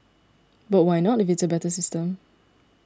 but why not if it's a better system